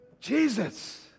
Jesus